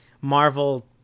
Marvel